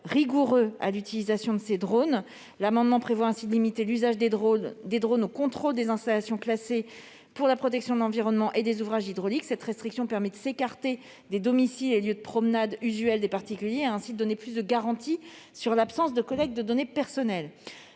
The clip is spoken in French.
rigoureux à l'utilisation de ces drones. Il est prévu de limiter l'usage des drones au contrôle des installations classées pour la protection de l'environnement et des ouvrages hydrauliques. Cette restriction permet de s'écarter des domiciles et lieux de promenade usuels des particuliers et, ainsi, de donner plus de garanties sur l'absence de collecte de données personnelles.